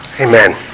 amen